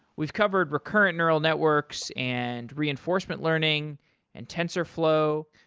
we've covered recurrent neural networks and reinforcement learning and tensorflow.